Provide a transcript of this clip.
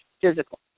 physical